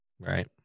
Right